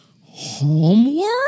homework